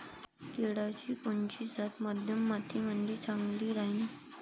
केळाची कोनची जात मध्यम मातीमंदी चांगली राहिन?